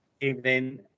Evening